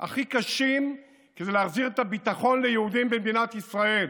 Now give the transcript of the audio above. הכי קשים כדי להחזיר את הביטחון ליהודים במדינת ישראל.